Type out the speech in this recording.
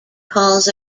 calls